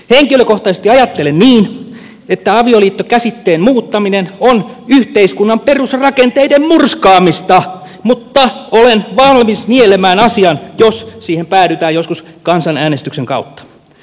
henkilökohtaisesti ajattelen niin että avioliitto käsitteen muuttaminen on yhteiskunnan perusrakenteiden murskaamista mutta olen valmis nielemään asian jos siihen päädytään joskus kansanäänestyksen kautta